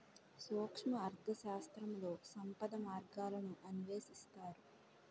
సూక్ష్మ అర్థశాస్త్రంలో సంపద మార్గాలను అన్వేషిస్తారు